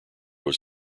was